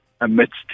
amidst